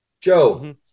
Joe